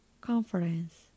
conference